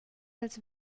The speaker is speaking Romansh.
els